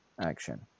action